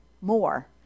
more